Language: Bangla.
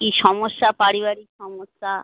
কী সমস্যা পারিবারিক সমস্যা